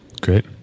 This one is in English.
great